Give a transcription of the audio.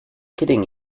kidding